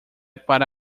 para